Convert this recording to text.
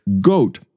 goat